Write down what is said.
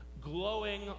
glowing